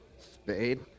Spade